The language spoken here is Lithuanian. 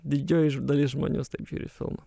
didžioji dalis žmonių žiūri filmą